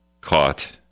caught